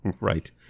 Right